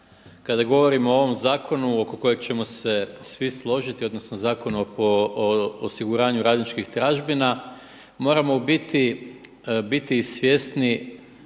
Kada govorimo o ovom zakonu oko kojeg ćemo se svi složiti odnosno po Zakonu o osiguranju radničkih tražbina, moramo biti svjesni